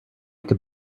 could